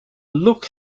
look